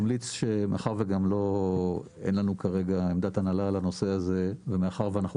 מאחר ואין לנו כרגע עמדת הנהלה לנושא הזה ומאחר ואנחנו